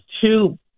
two